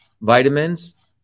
vitamins